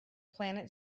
planet